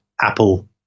Apple